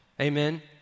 Amen